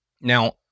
Now